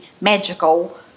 magical